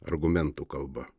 argumentų kalba